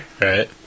Right